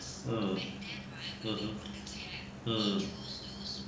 hmm (uh huh) hmm